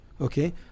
okay